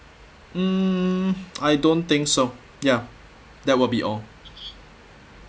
mm I don't think so ya that will be all